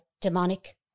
demonic